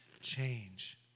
change